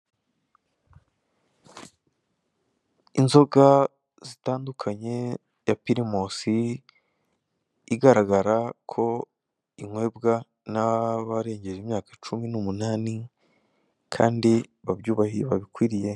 Inzoga zitandukanye iya pirimusi igaragara ko inywebwa n'abarengeje imyaka cumi n'umunani kandi babikwiriye.